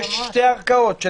יש שתי ערכאות,